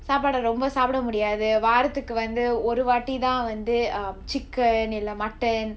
சாப்பாட்ட ரொம்ப சாபுட முடியாது வாரத்துக்கு வந்து ஒரு வாட்டி தான் வந்து:saappaatta romba saapuda mudiyaathu vaaratthukku oru vaatti thaan vanthu um chicken இல்ல:illa mutton